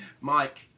Mike